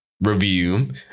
review